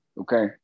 okay